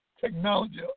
technology